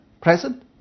present